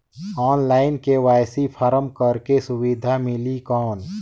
Online KYC form करेके सुविधा मिली कौन?